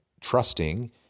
trusting